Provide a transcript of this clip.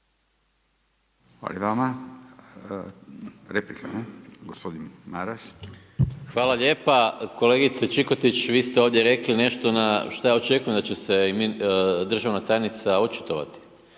Maras. **Maras, Gordan (SDP)** Hvala lijepa, kolegice Čikotić vi ste ovdje rekli nešto na šta ja očekujem da će se i državna tajnica očitovati.